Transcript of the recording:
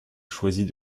choisit